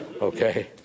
okay